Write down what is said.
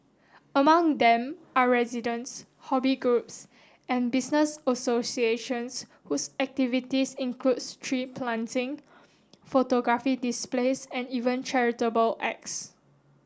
among them are residents hobby groups and business associations whose activities includes tree planting photography displays and even charitable acts